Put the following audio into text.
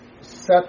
set